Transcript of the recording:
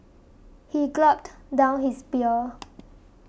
he gulped down his beer